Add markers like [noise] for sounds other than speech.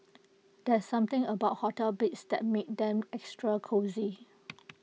there's something about hotel beds that makes them extra cosy [noise]